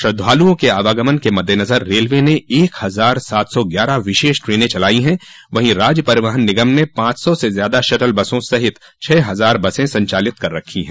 श्रद्वालुओं के आवागमन के मद्देनज़र रेलवे ने एक हज़ार सात सौ ग्यारह विशेष ट्रेने चलाई हैं वहीं राज्य परिवहन निगम ने पांच सौ से ज्यादा शटल बसों सहित छह हजार बसें संचालित कर रखी हैं